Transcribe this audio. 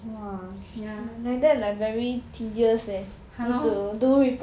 ya !hannor!